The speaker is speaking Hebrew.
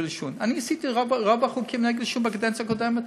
אני חוקקתי את רוב החוקים נגד עישון בקדנציה הקודמת,